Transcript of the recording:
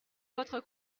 votre